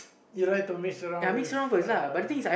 you like to mix around with uh